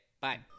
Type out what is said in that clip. bye